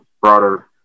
broader